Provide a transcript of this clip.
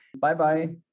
Bye-bye